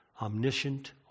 Omniscient